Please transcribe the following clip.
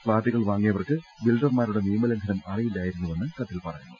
ഫ്ളാറ്റുകൾ വാങ്ങിയവർക്ക് ബിൽഡർമാരുടെ നിയമലംഘനം അറിയില്ലായിരുന്നുവെന്ന് കത്തിൽ പറയുന്നു